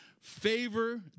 favor